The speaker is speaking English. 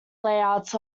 layouts